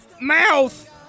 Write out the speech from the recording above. Mouth